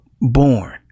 born